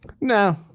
No